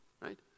Right